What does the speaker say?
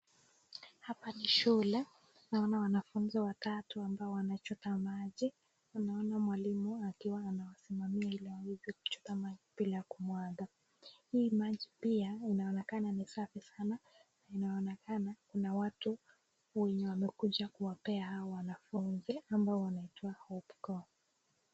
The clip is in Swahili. Hapa ni shule, naona wanafunzi watatu ambao wanachota maji. Naona mwalimu akiwa amewasimamia ili waweze kuchota maji bila kumwaga. Hii maji pia inaonekana kuwa ni safi sana. Inaonekana kuna watu wenye wamekuja kuwapea hawa wanafunzi ambao wanaitwa (cs)hope(cs).